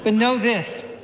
but know this,